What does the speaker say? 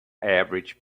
average